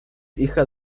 hija